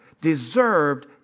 deserved